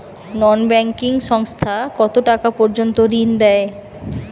নন banking সংস্থা কতটাকা পর্যন্ত ঋণ দেয়?